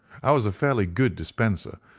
i was a fairly good dispenser,